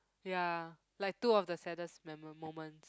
ya like two of the saddest memo~ moments